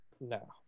No